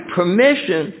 permission